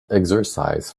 exercise